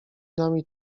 nami